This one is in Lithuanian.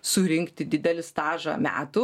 surinkti didelį stažą metų